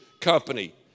company